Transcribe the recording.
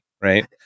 right